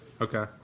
Okay